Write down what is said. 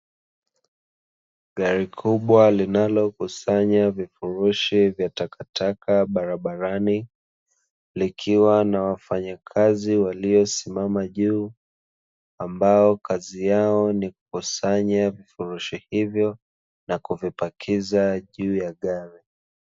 Gari kubwa linalokusanya vifurushi vya takataka barabarani, likiwa na wafanyakazi waliosimama juu, ambao kazi yao ni kukusanya vifurushi hivyo na kuvipakiza juu ya gari.